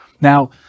Now